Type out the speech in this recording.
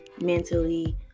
mentally